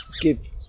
give